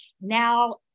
now